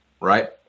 right